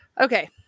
Okay